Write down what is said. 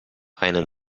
einen